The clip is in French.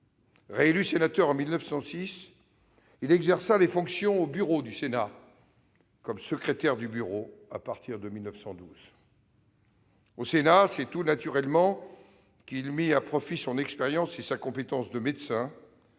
Réélu sénateur en 1906, il exerça les fonctions de secrétaire du Sénat à partir de 1912. Au Sénat, c'est tout naturellement qu'il mit à profit son expérience et sa compétence de médecin